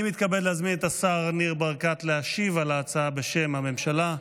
אני מתכבד להזמין את השר ניר ברקת להשיב על ההצעה בשם הממשלה.